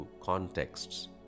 contexts